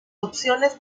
opciones